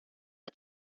are